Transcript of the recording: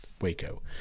Waco